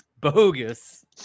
Bogus